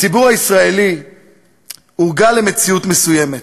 הציבור הישראלי הורגל למציאות מסוימת.